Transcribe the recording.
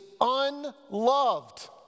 unloved